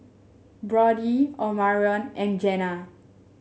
Brodie Omarion and Jena